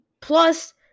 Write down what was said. plus